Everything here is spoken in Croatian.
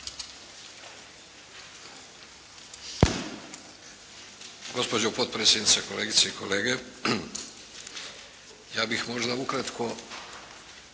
Hvala